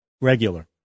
Regular